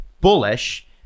bullish